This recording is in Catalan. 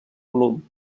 volum